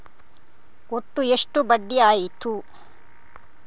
ಒಟ್ಟು ಎಷ್ಟು ಬಡ್ಡಿ ಆಯಿತು?